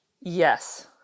Yes